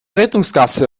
rettungsgasse